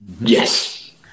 yes